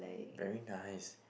very nice